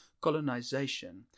colonization